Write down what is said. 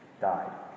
died